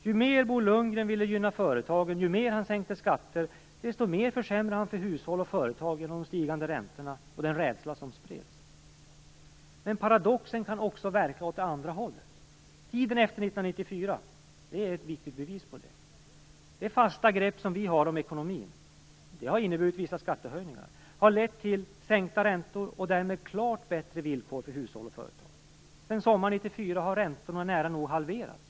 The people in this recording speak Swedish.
Ju mer Bo Lundgren ville gynna företagen, ju mer han sänkte skatter, desto mer försämrade han för hushåll och företag genom de stigande räntorna och den rädsla som spreds. Men paradoxen kan också verka åt andra hållet. Tiden efter 1994 är ett viktigt bevis på det. Det fasta grepp vi har om ekonomin har inneburit vissa skattehöjningar men också lett till sänkta räntor och därmed klart bättre villkor för hushåll och företag. Sedan sommaren 1994 har räntorna nära nog halverats.